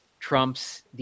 Trump's –